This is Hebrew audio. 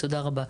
תודה רבה.